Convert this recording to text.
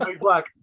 black